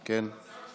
שיגידו תודה.